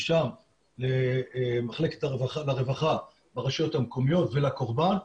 משם למחלקת הרווחה בראשויות המקומיות ולקורבן.